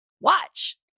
Watch